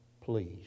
please